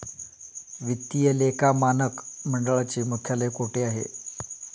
वित्तीय लेखा मानक मंडळाचे मुख्यालय कोठे आहे?